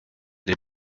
the